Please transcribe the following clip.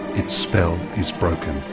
its spell is broken.